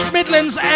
Midlands